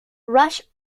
rush